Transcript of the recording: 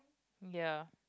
ya